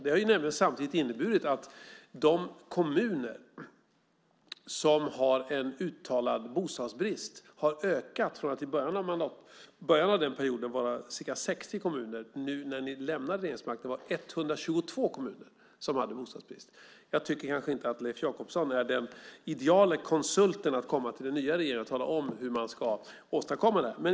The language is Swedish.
Det innebar nämligen att de kommuner som hade en uttalad bostadsbrist ökade från ca 60 kommuner i början av den perioden till 122 kommuner när ni lämnade regeringsmakten. Jag tycker kanske inte att Leif Jakobsson är den ideale konsulten att komma till den nya regeringen och tala om hur den ska åstadkomma detta.